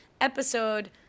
Episode